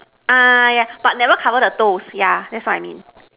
ah yeah but never cover the toes yeah that's what I mean